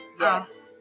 yes